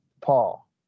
Paul